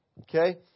Okay